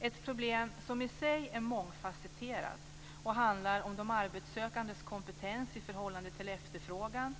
ett problem som i sig är mångfacetterat och handlar om de arbetssökandes kompetens i förhållande till efterfrågan.